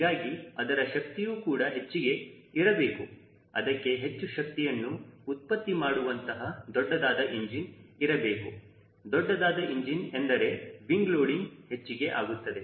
ಹೀಗಾಗಿ ಅದರ ಶಕ್ತಿಯೂ ಕೂಡ ಹೆಚ್ಚಿಗೆ ಇರಬೇಕು ಅದಕ್ಕೆ ಹೆಚ್ಚು ಶಕ್ತಿಯನ್ನು ಉತ್ಪತ್ತಿ ಮಾಡುವಂತಹ ದೊಡ್ಡದಾದ ಇಂಜಿನ್ ಇರಬೇಕು ದೊಡ್ಡದಾದ ಇಂಜಿನ್ ಎಂದರೆ ವಿಂಗ್ ಲೋಡಿಂಗ್ ಹೆಚ್ಚಿಗೆ ಆಗುತ್ತದೆ